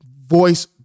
voice